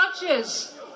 judges